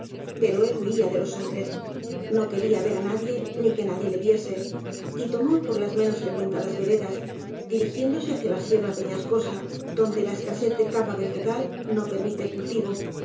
pero él huía de loshombres no quería verá nadie ni que nadie le viese y tomó por las menos frecuentadas veredas dirigién dose hacia la sierra peñascosa donde la escasez de capa vegetal no permite el cultivo